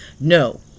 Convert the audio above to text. no